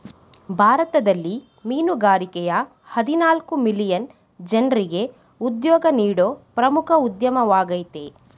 ಭಾರತದಲ್ಲಿ ಮೀನುಗಾರಿಕೆಯ ಹದಿನಾಲ್ಕು ಮಿಲಿಯನ್ ಜನ್ರಿಗೆ ಉದ್ಯೋಗ ನೀಡೋ ಪ್ರಮುಖ ಉದ್ಯಮವಾಗಯ್ತೆ